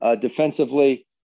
Defensively